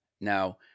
Now